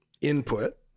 input